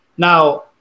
Now